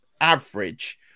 average